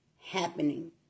happening